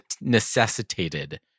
necessitated